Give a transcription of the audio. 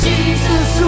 Jesus